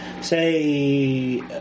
say